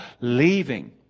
leaving